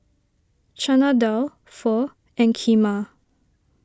Chana Dal Pho and Kheema